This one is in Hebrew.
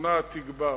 התבונה תגבר.